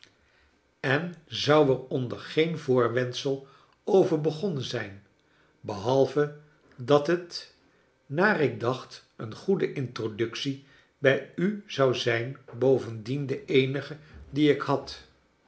en zou er onder geen voorwendsel over begonnen zijn behalve dat het naar ik dacht een goede introductie bij u zou zijn bovendien de eenige die ik had